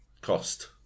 cost